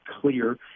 clear